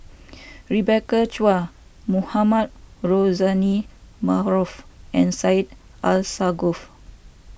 Rebecca Chua Mohamed Rozani Maarof and Syed Alsagoff